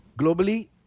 globally